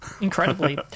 Incredibly